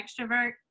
extrovert